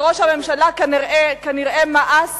שראש הממשלה כנראה מאס